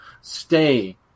Stay